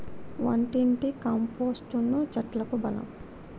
వంటింటి కంపోస్టును చెట్లకు బలం